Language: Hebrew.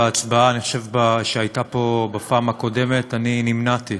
בהצבעה שהייתה פה בפעם הקודמת אני נמנעתי.